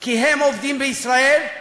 כי הם עובדים בישראל,